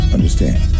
Understand